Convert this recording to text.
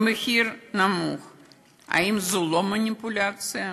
האם זו לא מניפולציה?